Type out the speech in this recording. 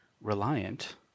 Reliant